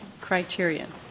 criterion